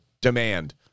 Demand